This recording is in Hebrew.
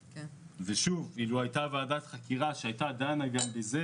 אם הייתה ועדת חקירה שהייתה דנה גם בזה